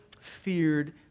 feared